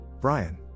Brian